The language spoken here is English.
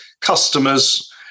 customers